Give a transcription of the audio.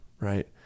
right